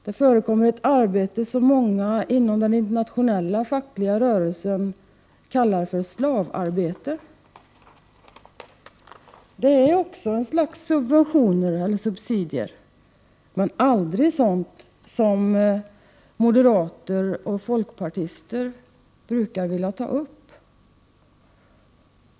Där förekommer vad många inom den internationella fackliga rörelsen betecknar som slavarbete. Detta är också ett slags subsidier, men det är aldrig sådant som moderater och folkpartister brukar vilja ta upp.